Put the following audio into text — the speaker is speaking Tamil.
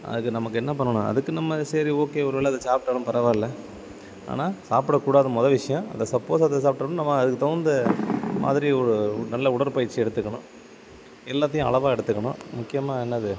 அதுக்கு நமக்கு என்ன பண்ணணும் அதுக்கு நம்ம சரி ஓகே ஒரு வேளை அதை சாப்புட்டாலும் பரவாயில்ல ஆனால் சாப்பிட கூடாத முத விஷியம் அந்த சப்போஸ் அத சாப்புட்டாலும் நம்ம அதுக்கு தகுந்த மாதிரி ஒரு நல்ல உடற்பயிற்சி எடுத்துக்கணும் எல்லாத்தையும் அளவாக எடுத்துக்கணும் முக்கியமாக என்னது